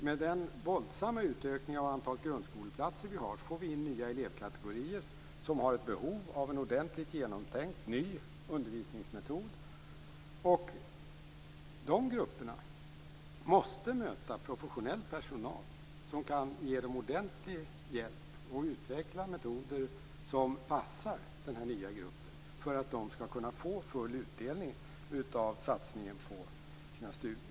Med den våldsamma utökningen av antalet grundskoleplatser får vi in nya elevkategorier som har ett behov av en ordentligt genomtänkt, ny undervisningsmetod. Dessa grupper måste möta professionell personal som kan ge dem ordentlig hjälp och utveckla metoder som passar den här nya gruppen för att de skall kunna få full utdelning av satsningen på sina studier.